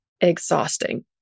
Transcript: exhausting